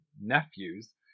nephews